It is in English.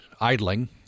idling